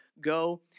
go